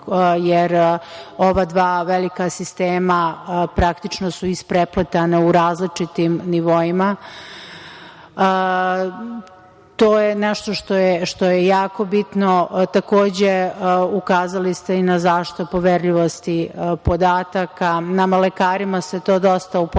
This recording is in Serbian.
jer ova dva velika sistema, praktično, su isprepletana u različitim nivoima. To je nešto što je jako bitno. Takođe, ukazali ste i na zaštitu poverljivosti podataka. Nama lekarima je to dosta u poslednje